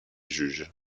juges